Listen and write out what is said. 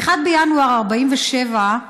ב-1 בינואר 1947,